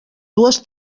dues